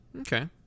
Okay